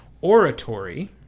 Oratory